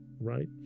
right